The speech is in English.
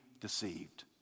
deceived